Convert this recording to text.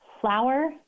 flour